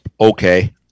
Okay